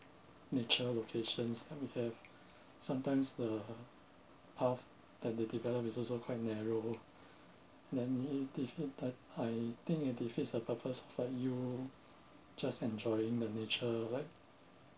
nature locations that we have sometimes the path that they develop is also quite narrow then it defeated I think it defeats the purpose that you just enjoying the nature right